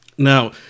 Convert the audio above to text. Now